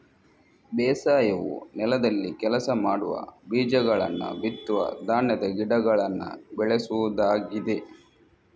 ಬೇಸಾಯವು ನೆಲದಲ್ಲಿ ಕೆಲಸ ಮಾಡುವ, ಬೀಜಗಳನ್ನ ಬಿತ್ತುವ ಧಾನ್ಯದ ಗಿಡಗಳನ್ನ ಬೆಳೆಸುವುದಾಗಿದೆ